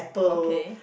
okay